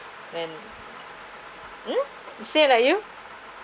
then mm say like you